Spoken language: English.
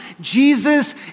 Jesus